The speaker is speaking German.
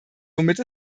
womit